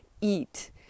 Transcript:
eat